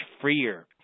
freer